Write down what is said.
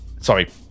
Sorry